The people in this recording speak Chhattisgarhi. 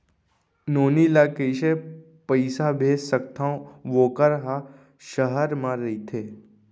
नोनी ल कइसे पइसा भेज सकथव वोकर ह सहर म रइथे?